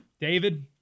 David